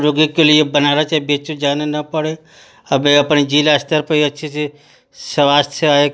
रोगी के लिए बनारस या बी एच यू जाना न पड़े अब ये अपने ज़िला स्तर पर ही अच्छे से स्वास्थ्य सेवाएँ